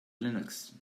linux